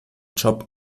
job